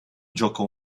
giocò